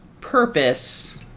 purpose